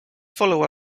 follow